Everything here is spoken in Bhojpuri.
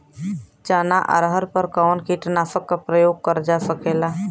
चना अरहर पर कवन कीटनाशक क प्रयोग कर जा सकेला?